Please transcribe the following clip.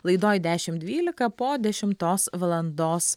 laidoj dešimt dvylika po dešimtos valandos